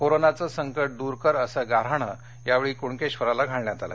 कोरोनाच संकट दूर कर असं गाऱ्हाणं यावेळी कुणकेश्वरला घालण्यात आलं